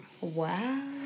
Wow